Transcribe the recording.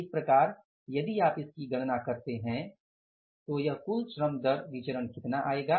इस प्रकार यदि आप इसकी गणना करते हैं तो यह कुल श्रम दर विचरण कितना आएगा